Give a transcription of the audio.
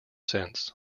since